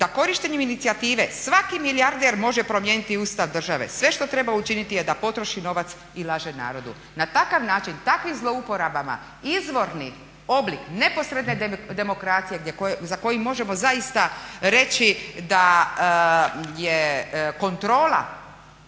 da korištenjem inicijative svaki milijarder može promijeniti ustav države, sve što treba učiniti je da potroši novac i laže narodu. Na takav način, takvim zlouporabama izvorni oblik neposredne demokracije za koji možemo zaista reći da je kontrola